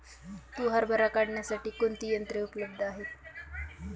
तूर हरभरा काढण्यासाठी कोणती यंत्रे उपलब्ध आहेत?